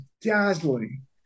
dazzling